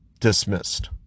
dismissed